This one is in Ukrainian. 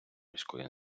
міської